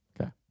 Okay